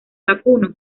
vacuno